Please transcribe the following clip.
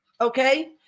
Okay